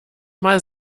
mal